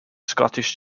scottish